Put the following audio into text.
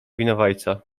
winowajca